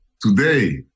today